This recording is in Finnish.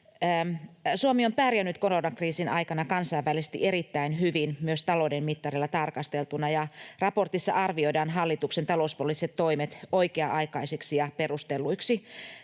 Suomi on pärjännyt koronakriisin aikana kansainvälisesti erittäin hyvin myös talouden mittareilla tarkasteltuna, ja raportissa arvioidaan hallituksen talouspoliittiset toimet oikea-aikaisiksi ja perustelluiksi.